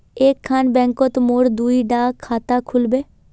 एक खान बैंकोत मोर दुई डा खाता खुल बे?